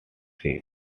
site